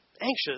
anxious